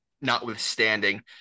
notwithstanding